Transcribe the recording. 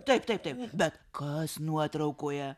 taip taip taip bet kas nuotraukoje